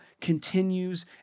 continues